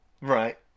Right